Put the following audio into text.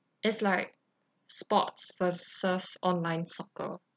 it's like sports versus online soccer